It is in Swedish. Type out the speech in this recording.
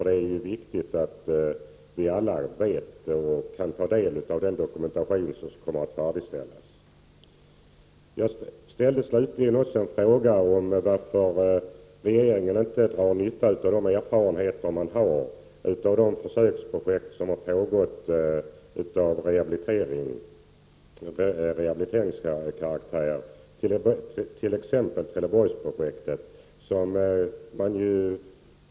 Det är viktigt att vi alla känner till och kan ta del av den dokumentation som kommer att färdigställas. Jag ställde slutligen också en fråga om varför regeringen inte drar nytta av de erfarenheter man har av de försöksprojekt av rehabiliteringskaraktär som har pågått, t.ex. Trelleborgsprojektet.